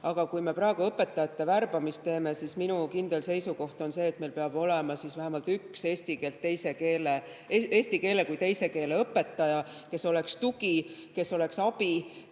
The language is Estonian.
Aga kui me praegu õpetajate värbamist teeme, siis minu kindel seisukoht on see, et meil peab olema vähemalt üks eesti keele kui teise keele õpetaja, kes oleks tugi, kes oleks abi,